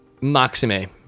Maxime